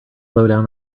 lowdown